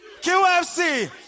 QFC